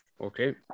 okay